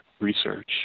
research